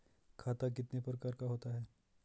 खाता कितने प्रकार का होता है?